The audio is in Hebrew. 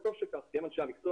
וטוב שכך כי הם אנשי המקצוע,